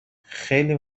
خیلی